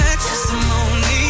testimony